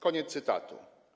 Koniec cytatu.